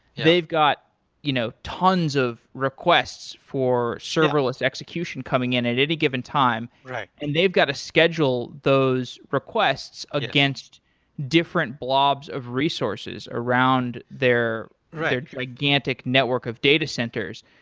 they've got you know tons of requests for serverless execution coming in at any given time and they've got to schedule those requests against different blobs of resources around their their gigantic network of data centers.